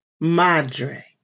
Madre